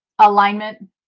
alignment